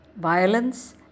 violence